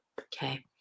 okay